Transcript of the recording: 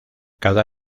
cada